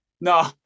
No